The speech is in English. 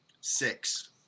six